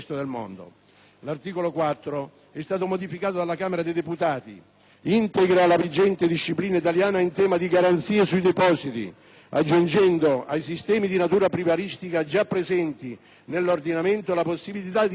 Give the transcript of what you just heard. L'articolo 4, comma 1, modificato dalla Camera dei deputati, integra la vigente disciplina italiana in tema di garanzia sui depositi, aggiungendo ai sistemi di natura privatistica già presenti nell'ordinamento la possibilità di rilascio,